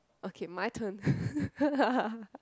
okay mine turn